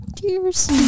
Cheers